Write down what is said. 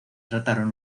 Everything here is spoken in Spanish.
trataron